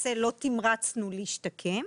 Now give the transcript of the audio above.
למעשה לא תמרצנו להשתקם.